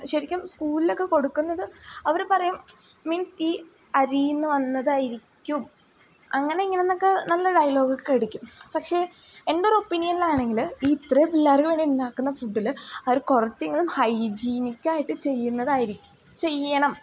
ശരിക്കും സ്കൂളിലൊക്കെ കൊടുക്കുന്നത് അവർ പറയും മീൻസ് ഈ അരിയിൽ നിന്നു വന്നതായിരിക്കും അങ്ങനെ ഇങ്ങനെയെന്നൊക്കെ നല്ല ഡയലോഗൊക്കെ അടിക്കും പക്ഷേ എൻ്റെയൊരു ഒപ്പീനിയനിലാണെങ്കിൽ ഈ ഇത്രയും പിള്ളാർക്കുവേണ്ടി ഉണ്ടാക്കുന്ന ഫുഡിൽ അവർ കുറച്ചെങ്കിലും ഹൈജീനിക്കായിട്ട് ചെയ്യുന്നതായിരിക്കും ചെയ്യണം